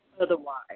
otherwise